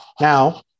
now